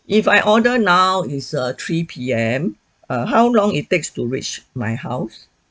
if I order now it's a three P_M err how long it takes to reach my house